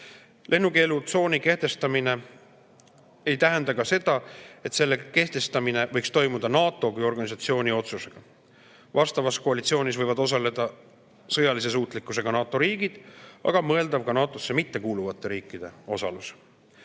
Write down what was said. Lennukeelutsooni kehtestamine ei tähenda ka seda, et see võiks toimuda NATO kui organisatsiooni otsusega. Vastavas koalitsioonis võivad osaleda sõjalise suutlikkusega NATO riigid, aga mõeldav on ka NATO-sse mittekuuluvate riikide osalus. Venemaa